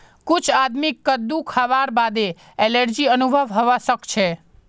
कुछ आदमीक कद्दू खावार बादे एलर्जी अनुभव हवा सक छे